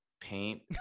paint